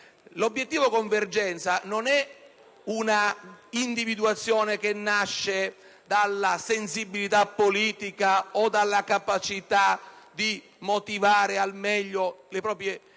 L'obiettivo convergenza non è una individuazione che nasce dalla sensibilità politica o dalla capacità di motivare i propri